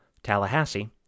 Tallahassee